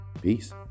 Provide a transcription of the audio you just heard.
peace